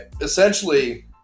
essentially